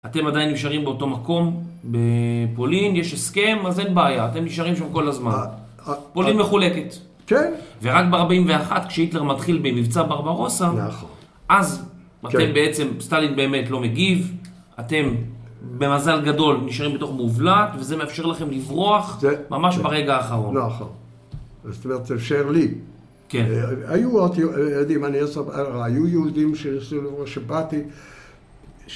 אתם עדיין נשארים באותו מקום, בפולין, יש הסכם, אז אין בעיה, אתם נשארים שם כל הזמן, פולין מחולקת. כן. ורק ב41 כשהיטלר מתחיל במבצע ברברוסה, אז אתם בעצם, סטלין באמת לא מגיב, אתם במזל גדול נשארים בתוך מובלעת, וזה מאפשר לכם לברוח ממש ברגע האחרון. נכון, זאת אומרת זה אפשר לי. כן. היו יהודים שבאתי,